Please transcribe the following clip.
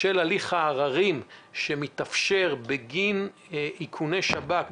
בשל הליך הערערים שמתאפשר בגין איכוני שב"כ,